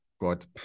god